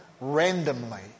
randomly